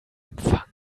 empfang